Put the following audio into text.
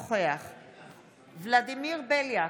נוכח ולדימיר בליאק,